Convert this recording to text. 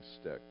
stick